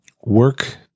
work